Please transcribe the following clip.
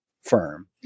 firm